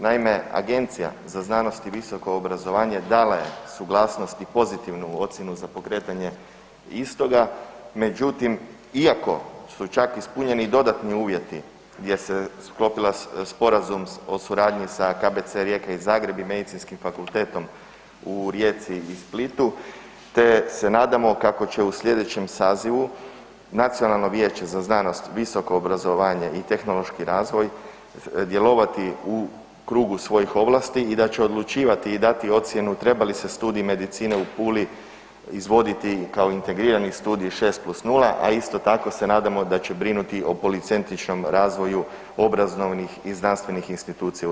Naime, Agencija za znanost i visoko obrazovanje dala je suglasnost i pozitivnu ocjenu za pokretanje istoga, međutim iako su čak ispunjeni i dodatni uvjeti gdje se sklopio sporazum o suradnji sa KBC Rijeka i Zagreb i Medicinskim fakultetom u Rijeci i Splitu te se nadamo kako će u slijedećem sazivu Nacionalno vijeće za znanost, visoko obrazovanje i tehnološki razvoj djelovati u krugu svojih ovlasti i da će odlučivati i dati ocjenu treba li se studij medicine u Puli izvoditi kao integrirani studij 6 + 0, a isto tako se nadamo da će brinuti o policentričnom razvoju obrazovnih i znanstvenih institucija u RH.